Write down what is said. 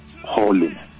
holiness